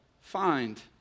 find